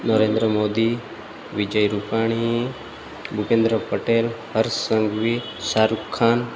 Narendra Modi Vijay Rupani Bhupendra Patel Harsh Sanghavi Shahrukh Khan